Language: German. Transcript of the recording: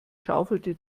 schaufelte